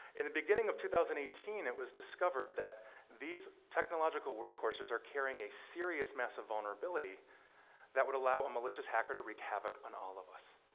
in the beginning of two thousand and eighteen, it was discovered that these technological workhorses are carrying a serious mass of vulnerability that would allow a malicious hacker to wreak havoc on all of us.